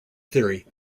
theory